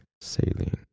saline